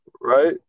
Right